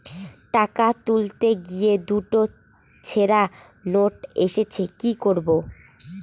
টাকা তুলতে গিয়ে দুটো ছেড়া নোট এসেছে কি করবো?